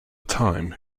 time